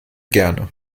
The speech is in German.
gerne